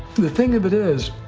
the thing of it is,